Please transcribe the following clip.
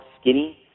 skinny